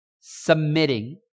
Submitting